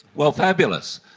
well, fabulous.